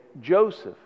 Joseph